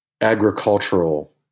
agricultural